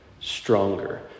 Stronger